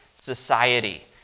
society